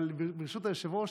אבל ברשות היושב-ראש,